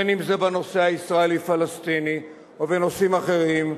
אם בנושא הישראלי-פלסטיני או בנושאים אחרים,